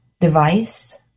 device